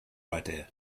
idea